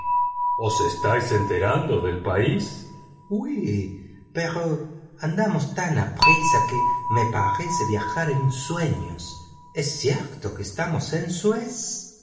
y os estáis enterando del país sí pero andamos tan aprisa que me parece viajar en sueños es cierto que estamos en suez en